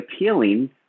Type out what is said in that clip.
appealing